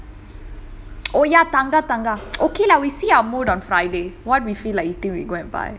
oh ya தங்க தங்கம்:thanga thangam okay lah we see our mood on friday what we feel like eating we go and buy